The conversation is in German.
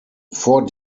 vor